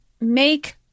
make